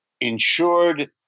insured